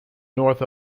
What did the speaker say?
north